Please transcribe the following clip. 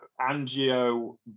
Angio